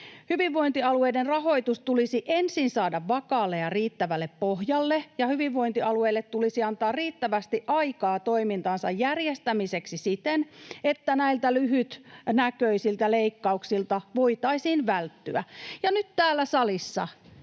Hyvinvointialueiden rahoitus tulisi ensin saada vakaalle ja riittävälle pohjalle ja niille tulisi antaa riittävästi aikaa toimintansa järjestämiseksi siten, että voitaisiin välttyä lyhytnäköisiltä leikkauksilta. Hallitus esittää, että